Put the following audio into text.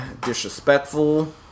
disrespectful